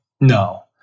No